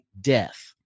death